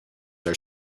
are